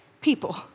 people